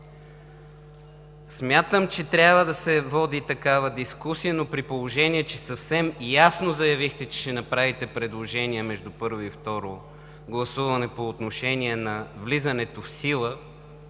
Смятам, че трябва да се води такава дискусия, но при положение че съвсем ясно заявихте, че ще направите предложения между първо и второ гласуване по отношение на влизането в сила